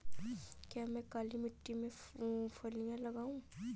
क्या मैं काली मिट्टी में फलियां लगाऊँ?